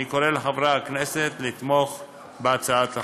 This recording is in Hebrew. אני קורא לחברי הכנסת לתמוך בהצעת החוק.